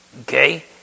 Okay